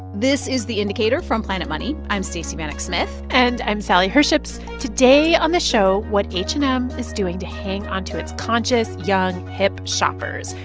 this is the indicator from planet money. i'm stacey vanek smith and i'm sally herships. today on the show, what h and m is doing to hang onto its conscious, young, hip shoppers.